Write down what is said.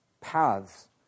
paths